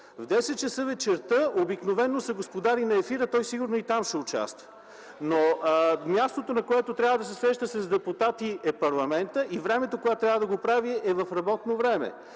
В 10 часа вечерта обикновено са „Господари на ефира”, той сигурно и там ще участва. Но мястото, на което трябва да се среща с депутати, е парламентът и времето, когато трябва да го прави, е в работно време,